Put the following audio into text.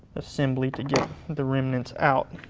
assembly to get the remnants out.